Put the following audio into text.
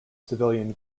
civilian